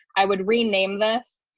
i would rename this.